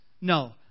No